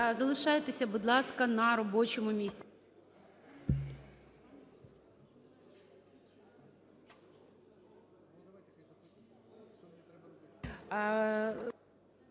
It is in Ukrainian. Залишайтеся, будь ласка, на робочому місці.